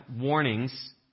warnings